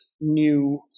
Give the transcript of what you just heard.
new